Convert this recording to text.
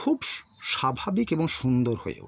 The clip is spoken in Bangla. খুব স্বাভাবিক এবং সুন্দর হয়ে ওঠে